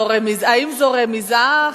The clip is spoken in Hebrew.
האם זאת רמיזה?